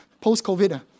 Post-COVID